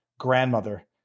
Grandmother